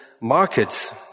markets